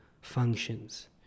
functions